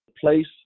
place